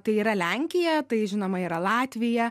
tai yra lenkija tai žinoma yra latvija